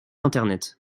internet